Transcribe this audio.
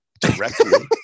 directly